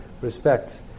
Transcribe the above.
respect